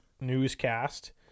newscast